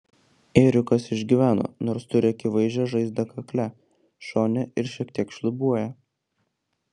ėriukas išgyveno nors turi akivaizdžią žaizdą kakle šone ir šiek tiek šlubuoja